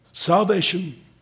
Salvation